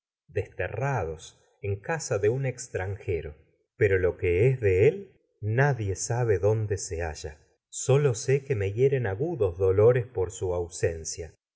dos en casa extranjero pero de él nadie sabe dónde halla sólo sé que me y hieren agu dos dolores por su ausencia